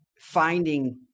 finding